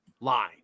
line